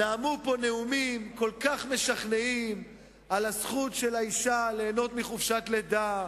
נאמו פה נאומים כל כך משכנעים על הזכות של האשה ליהנות מחופשת לידה,